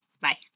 Bye